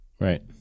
right